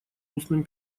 устным